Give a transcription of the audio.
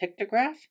pictograph